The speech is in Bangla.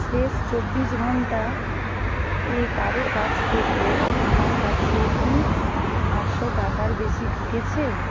শেষ চব্বিশ ঘন্টা এ কারো কাছ থেকে আমার কাছে কি আটশো টাকার বেশি ঢুকেছে